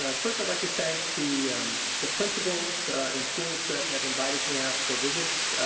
ah first i would like to thank the the principals in schools that have invited me out for visits.